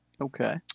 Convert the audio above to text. Okay